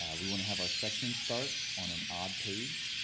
we want to have our sections start on an odd page.